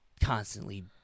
constantly